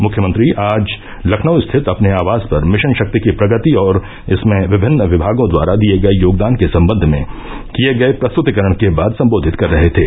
मुख्यमंत्री आज लखनऊ स्थित अपने आवास पर मिशन शक्ति की प्रगति और इसमें विभिन्न विमागों द्वारा दिये गये योगदान के सम्बन्ध में किर्ये गये प्रस्ततिकरण के बाद सम्बोधित कर रहे थे